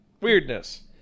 Weirdness